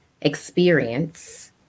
experience